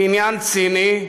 היא עניין ציני,